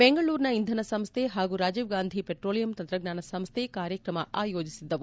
ಬೆಂಗಳೂರಿನ ಇಂಧನ ಸಂಸ್ಥೆ ಹಾಗೂ ರಾಜೀವ್ಗಾಂಧಿ ಪೆಟ್ರೋಲಿಯಂ ತಂತ್ರಜ್ಞಾನ ಸಂಸ್ಥೆ ಕಾರ್ಯಕ್ರಮವನ್ನು ಆಯೋಜಿಸಿದ್ದವು